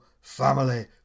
family